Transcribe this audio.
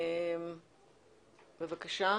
בבקשה.